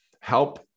help